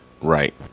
Right